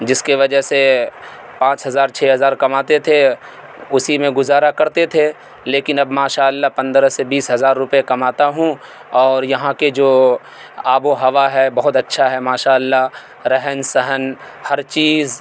جس کے وجہ سے پانچ ہزار چھ ہزار کماتے تھے اسی میں گزارا کرتے تھے لیکن اب ماشاء اللہ پندرہ سے بیس ہزار روپے کماتا ہوں اور یہاں کے جو آب و ہوا ہے بہت اچھا ہے ماشاء اللہ رہن سہن ہر چیز